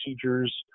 procedures